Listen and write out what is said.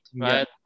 right